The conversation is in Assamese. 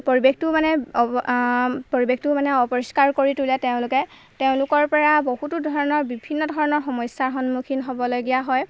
পৰিৱেশটো মানে পৰিৱেশটো মানে অপৰিষ্কাৰ কৰি তোলে তেওঁলোকে তেওঁলোকৰ পৰা বহুতো ধৰণৰ বিভিন্ন ধৰণৰ সমস্যাৰ সন্মুখীন হ'বলগীয়া হয়